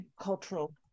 cultural